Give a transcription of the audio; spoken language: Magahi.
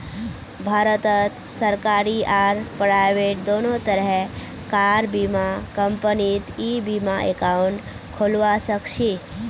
भारतत सरकारी आर प्राइवेट दोनों तरह कार बीमा कंपनीत ई बीमा एकाउंट खोलवा सखछी